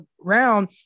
round